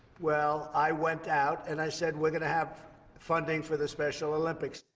well, i went out, and i said, we're gonna have funding for the special olympics.